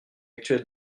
actuelle